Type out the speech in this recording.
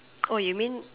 oh you mean